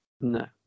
No